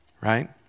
Right